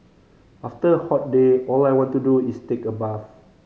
after a hot day all I want to do is take a bath